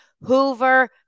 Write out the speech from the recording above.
Hoover